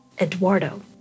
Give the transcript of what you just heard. Eduardo